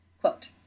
Quote